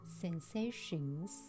sensations